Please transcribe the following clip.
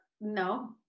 no